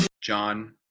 John